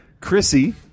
Chrissy